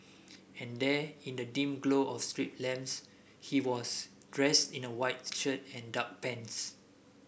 and there in the dim glow of street lamps he was dressed in a whites shirt and dark pants